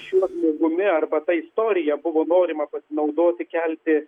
šiuo žmogumi arba ta istorija buvo norima pasinaudoti kelti